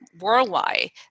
worldwide